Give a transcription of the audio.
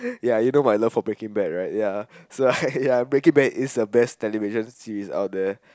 ya you know my love for Breaking Bad right ya so ya Breaking Bad is the best television series out there